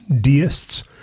deists